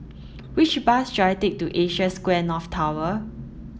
which bus should I take to Asia Square North Tower